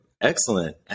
Excellent